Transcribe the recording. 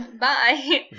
bye